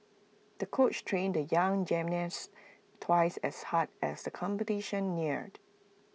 the coach trained the young gymnasts twice as hard as competition neared